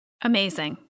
Amazing